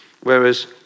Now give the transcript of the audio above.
Whereas